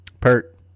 Perk